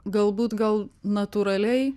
galbūt gal natūraliai